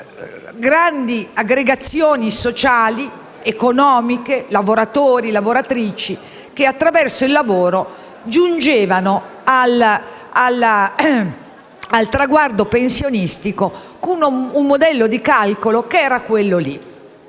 grandi aggregazioni sociali ed economiche; aveva lavoratori e lavoratrici che, attraverso il lavoro, giungevano al traguardo pensionistico con quel modello di calcolo. Noi sappiamo che